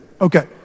Okay